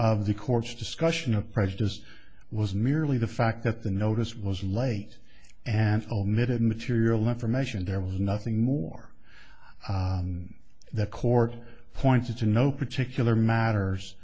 of the court's discussion of prejudiced was merely the fact that the notice was late and omitted material information there was nothing more the court pointed to no particular matters